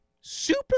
super